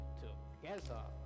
together